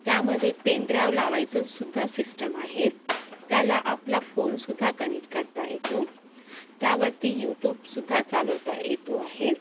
त्यामध्ये पेनड्राईव्ह लावायचंसुद्धा सिस्टम आहे त्याला आपला फोनसुद्धा कनेक्ट करता येतो त्यावरती यूट्यूबसुद्धा चालवता येतो आहे